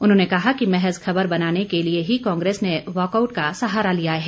उन्होंने कहा कि महज खबर बनाने के लिए ही कांग्रेस ने वॉकआउट का सहारा लिया है